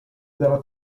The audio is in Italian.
dalla